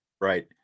right